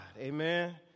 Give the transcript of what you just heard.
Amen